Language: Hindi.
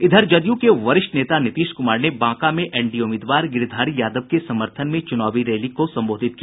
इधर जदयू के वरिष्ठ नेता नीतीश कुमार ने बांका में एनडीए उम्मीदवार गिरिधारी यादव के समर्थन में चुनावी रैली को संबोधित किया